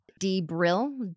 dbrill